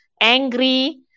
angry